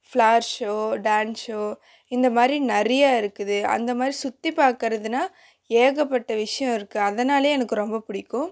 flower show dance show இந்தமாதிரி நிறைய இருக்குது அந்தமாதிரி சுற்றிப் பார்க்குறதுனா ஏகப்பட்ட விஷயோம் இருக்குது அதனால் எனக்கு ரொம்ப பிடிக்கும்